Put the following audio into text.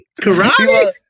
karate